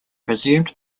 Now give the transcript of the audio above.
presumed